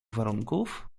warunków